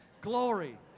Glory